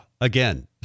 again